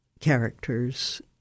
characters